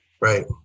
Right